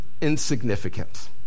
insignificant